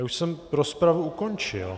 Už jsem rozpravu ukončil.